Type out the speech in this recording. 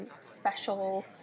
special